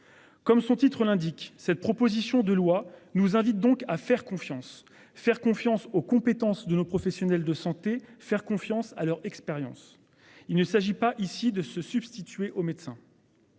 Comme son titre l'indique, cette proposition de loi nous invite donc à faire confiance. Faire confiance aux compétences de nos professionnels de santé, faire confiance à leur expérience. Il ne s'agit pas ici de se substituer aux médecins.